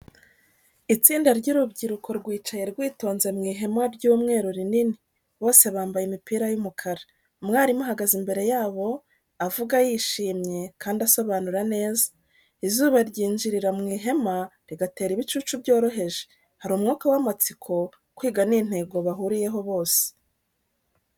Itsinda ry’urubyiruko rwicaye rwitonze mu ihema ry’umweru rinini, bose bambaye imipira y’umukara. Umwarimu ahagaze imbere yabo, avuga yishimye kandi asobanura neza. Izuba ryinjirira mu ihema, rigatera ibicucu byoroheje. Harimo umwuka w’amatsiko, kwiga n’intego bahuriyeho bose.